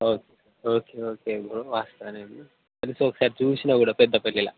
ఓ okay okay bro వస్తా నేను కనీసం ఒక్కసారి చూసినా కూడా పెద్దపల్లిలో